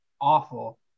awful